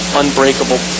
unbreakable